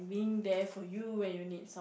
being there for you when you need